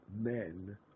men